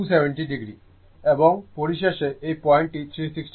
এবং পরিশেষে এই পয়েন্ট টি 360o